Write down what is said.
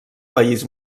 país